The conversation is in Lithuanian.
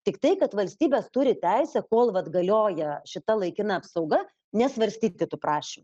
tiktai kad valstybės turi teisę kol vat galioja šita laikina apsauga nesvarstyti tų prašy